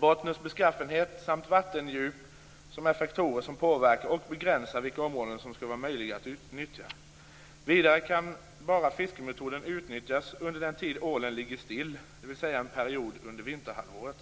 Bottnens beskaffenhet samt vattendjupet är faktorer som påverkar och begränsar vilka områden som är möjliga att utnyttja. Vidare kan fiskemetoden bara utnyttjas under den tid ålen ligger still, dvs. en period under vinterhalvåret.